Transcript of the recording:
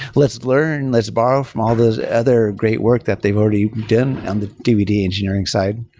let's learn, let's borrow from all those other great work that they've already done on the dvd engineering side.